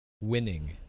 winning